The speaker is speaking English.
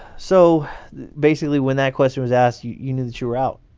so basically, when that question was asked, you you knew that you were out.